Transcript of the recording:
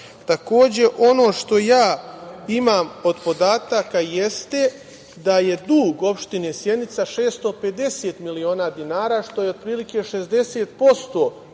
Takođe, ono što ja imam od podataka jeste da je dug opštine Sjenica 650 miliona dinara, što je otprilike 60%